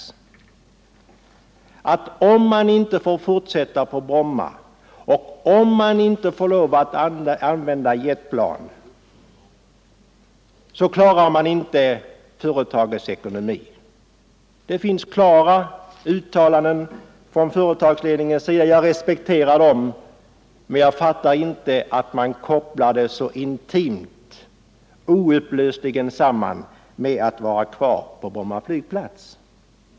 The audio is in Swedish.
Man menar att om företaget inte får fortsätta att trafikera Bromma och inte får lov att använda jetplan, klarar företaget inte sin ekonomi. Det finns otvetydiga uttalanden från företagsledningen av den innebörden. Jag respekterar företagets önskan att fortleva, men jag fattar inte att detta så intimt och oupplösligt sammankopplas med ett bibehållande av trafiken på Bromma.